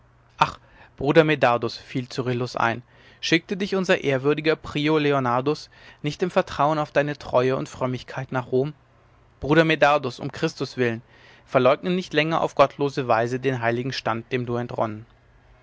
bruder medardus fiel cyrillus ein schickte dich unser ehrwürdiger prior leonardus nicht im vertrauen auf deine treue und frömmigkeit nach rom bruder medardus um christus willen verleugne nicht länger auf gottlose weise den heiligen stand dem du entronnen